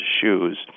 shoes